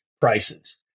prices